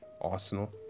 Arsenal